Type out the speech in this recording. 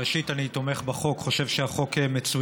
ראשית, אני תומך בחוק, חושב שהחוק מצוין,